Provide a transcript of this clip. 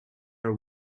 are